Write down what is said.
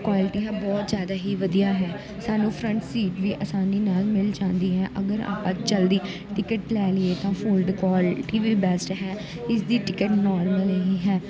quality ਹੈ ਬਹੁਤ ਜ਼ਿਆਦਾ ਹੀ ਵਧੀਆ ਹੈ ਸਾਨੂੰ ਫਰੰਟ ਸੀਟ ਵੀ ਆਸਾਨੀ ਨਾਲ ਮਿਲ ਜਾਂਦੀ ਹੈ ਅਗਰ ਆਪਾਂ ਜਲਦੀ ਟਿਕਟ ਲੈ ਲਈਏ ਤਾਂ ਫੋਲਡ ਕੁਆਲ ਟੀ ਵੀ ਬੈਸਟ ਹੈ ਇਸ ਦੀ ਟਿਕਟ ਨੋਰਮਲ ਹੀ ਹੈ